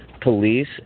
police